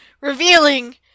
revealing